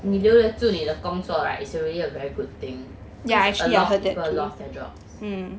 你留得住你的工作 right it's already a very good thing cause a lot of people lost their jobs